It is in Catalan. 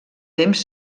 temps